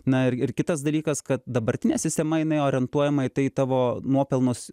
na ir ir kitas dalykas kad dabartinė sistema jinai orientuojama į tavo nuopelnus